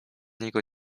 niego